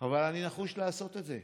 אבל אני נחוש לעשות את זה.